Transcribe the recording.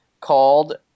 called